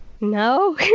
no